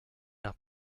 nach